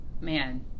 man